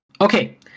Okay